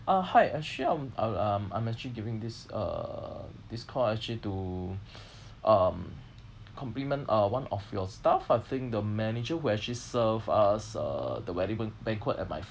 uh hi actually I'm I'm I'm I'm actually giving this uh this call actually to um compliment uh one of your staff I think the manager who actually serve us uh the wedding ban~ banquet at my